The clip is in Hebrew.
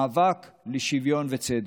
מאבק לשוויון וצדק.